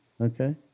okay